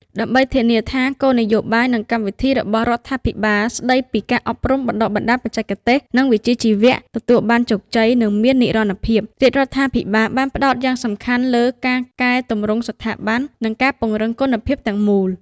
ដើម្បីធានាថាគោលនយោបាយ និងកម្មវិធីរបស់រដ្ឋាភិបាលស្តីពី ការអប់រំបណ្តុះបណ្តាលបច្ចេកទេស និងវិជ្ជាជីវៈ ទទួលបានជោគជ័យ និងមាននិរន្តរភាព រាជរដ្ឋាភិបាលបានផ្តោតយ៉ាងសំខាន់លើ ការកែទម្រង់ស្ថាប័ន និងការពង្រឹងគុណភាពទាំងមូល។